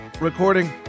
recording